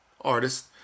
artist